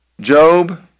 Job